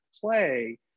play